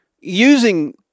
using